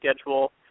schedule